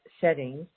settings